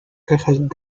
cajas